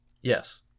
Yes